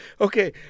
Okay